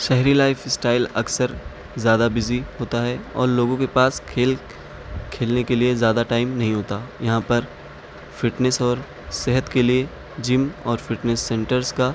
شہری life style اکثر زیادہ بزی ہوتا ہے اور لوگوں کے پاس کھیل کھیلنے کے لیے زیادہ ٹائم نہیں ہوتا یہاں پر فٹنس اور صحت کے لیے جم اور فٹنس سنٹرس کا